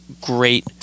great